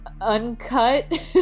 uncut